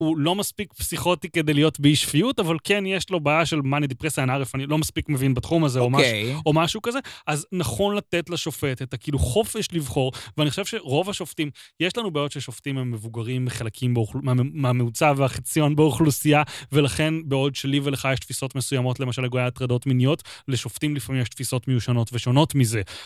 הוא לא מספיק פסיכוטי כדי להיות באי שפיות, אבל כן, יש לו בעיה של מניה דיפרסיה, אנא ערף, אני עוד לא מספיק מבין בתחום הזה או משהו כזה. אז נכון לתת לשופטת כאילו חופש לבחור, ואני חושב שרוב השופטים, יש לנו בעיות ששופטים הם מבוגרים מחלקים... מהממוצע והחציון באוכלוסייה, ולכן בעוד שלי ולך יש תפיסות מסוימות, למשל לגבי הטרדות מיניות, לשופטים לפעמים יש תפיסות מיושנות ושונות מזה.